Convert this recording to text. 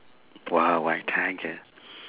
!wow! a tiger